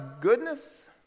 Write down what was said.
goodness